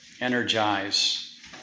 energize